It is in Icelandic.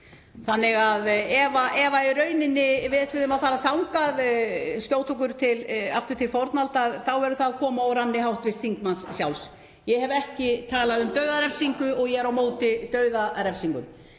þannig að ef við ætluðum að fara þangað, skjóta okkur aftur til fornaldar, þá verður það að koma úr ranni hv. þingmanns sjálfs. Ég hef ekki talað um dauðarefsingu og ég er á móti dauðarefsingum.